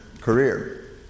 career